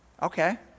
Okay